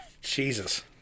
Jesus